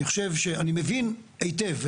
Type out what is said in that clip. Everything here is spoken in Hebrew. אני מבין היטב,